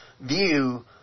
view